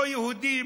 לא יהודים,